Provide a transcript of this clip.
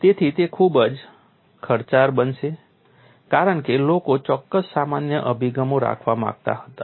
તેથી તે ખૂબ જ ખર્ચાળ બનશે કારણ કે લોકો ચોક્કસ સામાન્ય અભિગમો રાખવા માંગતા હતા